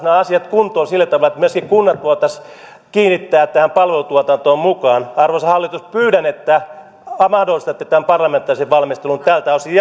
nämä asiat kuntoon sillä tavalla että myöskin kunnat voitaisiin kiinnittää tähän palvelutuotantoon mukaan arvoisa hallitus pyydän että mahdollistatte tämän parlamentaarisen valmistelun jatkon tältä osin